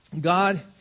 God